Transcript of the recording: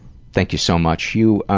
thank you so much. you,